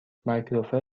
مایکروفر